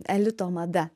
elito mada